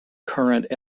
current